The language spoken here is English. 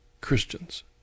Christians